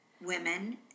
women